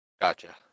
gotcha